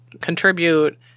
contribute